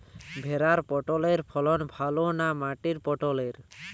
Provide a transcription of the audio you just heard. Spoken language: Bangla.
ভেরার পটলের ফলন ভালো না মাটির পটলের?